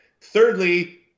thirdly